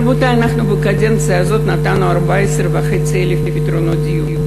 רבותי, בקדנציה הזאת נתנו 14,500 פתרונות דיור.